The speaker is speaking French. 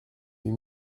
huit